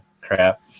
crap